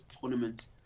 tournament